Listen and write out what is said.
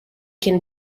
can